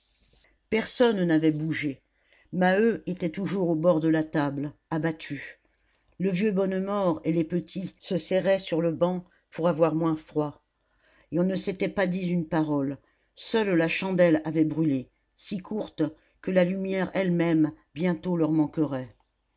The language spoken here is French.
personne n'avait bougé maheu était toujours au bord de la table abattu le vieux bonnemort et les petits se serraient sur le banc pour avoir moins froid et on ne s'était pas dit une parole seule la chandelle avait brûlé si courte que la lumière elle-même bientôt leur manquerait